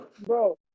Bro